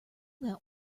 that